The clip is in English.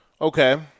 Okay